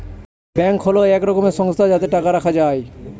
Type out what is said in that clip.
bank হল এক রকমের সংস্থা যাতে টাকা রাখা যায়